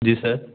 जी sir